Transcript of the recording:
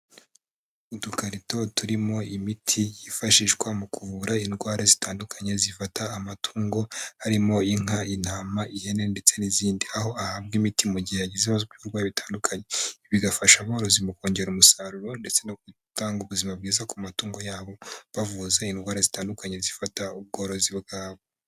Udukarito turimo imiti yifashishwa mu kuvura indwara zitandukanye zifata amatungo, harimo inka, intama, ihene ndetse n'izindi. Aho ahabwa imiti mu gihe agize ibibazo by'uburwayi bitandukanye, bigafasha aborozi mu kongera umusaruro ndetse no gutanga ubuzima bwiza ku matungo yabo, bavuza indwara zitandukanye zifata ubworozi bwabo.